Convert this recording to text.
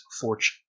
fortune